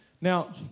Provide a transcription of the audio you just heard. Now